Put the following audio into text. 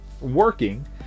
working